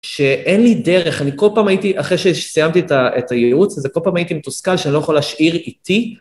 שאין לי דרך, אני כל פעם הייתי, אחרי שסיימתי את ה.. את הייעוץ הזה, כל פעם הייתי מתוסכל שאני לא יכול להשאיר איתי.